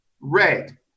red